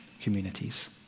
communities